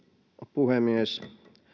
puhemies